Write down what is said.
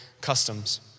customs